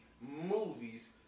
movies